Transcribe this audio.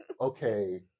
okay